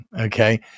okay